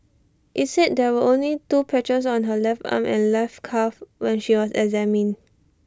IT said there were only the two patches on her left arm and left calf when she was examined